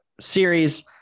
series